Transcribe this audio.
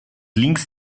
links